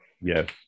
Yes